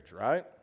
right